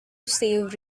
save